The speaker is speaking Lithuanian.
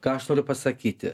ką aš turiu pasakyti